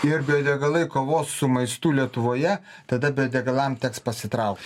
ir bio degalai kovos su maistu lietuvoje tada bio degalam teks pasitraukti